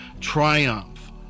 triumph